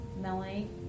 Melanie